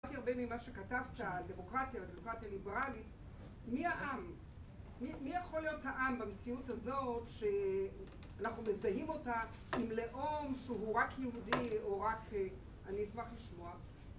יותר הרבה ממה שכתבת על דמוקרטיה ועל דמוקרטיה ליברלית מי העם? מי יכול להיות העם במציאות הזאת שאנחנו מזהים אותה עם לאום שהוא רק יהודי או רק... אני אשמח לשמוע